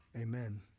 amen